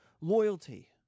loyalty